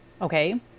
Okay